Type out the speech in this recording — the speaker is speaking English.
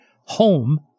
home